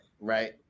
right